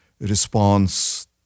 response